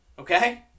Okay